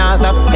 stop